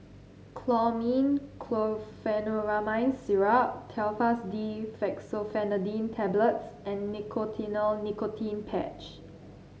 Chlormine Chlorpheniramine Syrup Telfast D Fexofenadine Tablets and Nicotinell Nicotine Patch